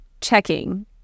checking